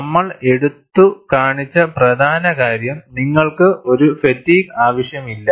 നമ്മൾ എടുത്തു കാണിച്ച പ്രധാന കാര്യം നിങ്ങൾക്ക് ഒരു ഫാറ്റീഗ് ആവശ്യമില്ല